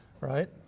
right